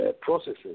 processes